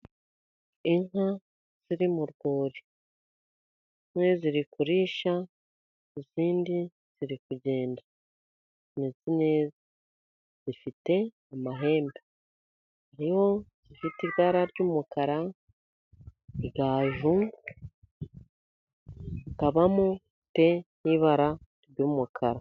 Inka ziri mu rwuri zimwe ziri kurisha, izindi ziri kugenda zimeze neza zifite amahembe , harimo izifite ibara ry'umukara igaju, hakabamo izifite n'ibara ry'umukara.